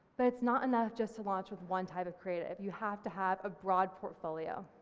but it's not enough just to launch with one type of creative, you have to have a broad portfolio.